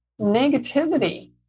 negativity